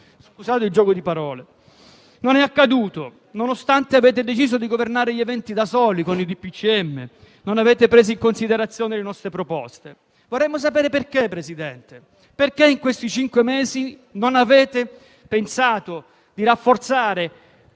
non è accaduto, nonostante abbiate deciso di governare gli eventi da soli, con i DPCM. Non avete preso in considerazione le nostre proposte. Vorremmo sapere perché in questi cinque mesi, signor presidente Conte, non avete pensato di rafforzare,